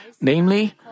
Namely